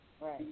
Right